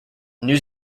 new